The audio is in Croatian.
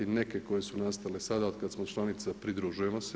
Neke koje su nastale sada od kada smo članica pridružujemo se.